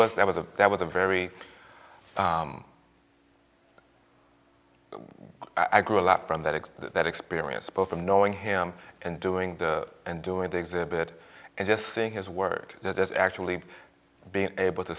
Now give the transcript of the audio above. was there was a that was a very i grew a lot from that is that experience both from knowing him and doing the and doing the exhibit and just seeing his work there's actually being able to